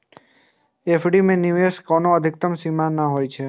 FD मे निवेश के कोनो अधिकतम सीमा नै होइ छै